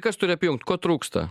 kas turi apjungt ko trūksta